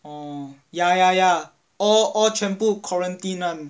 oo ya ya ya all all 全部 quarantine [one]